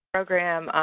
program,